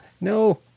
no